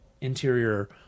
interior